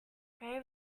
pray